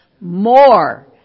more